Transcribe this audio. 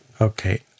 Okay